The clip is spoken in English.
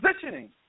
positioning